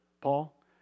Paul